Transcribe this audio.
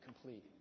complete